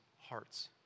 hearts